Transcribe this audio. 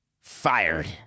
fired